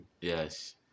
Yes